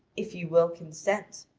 if you will consent.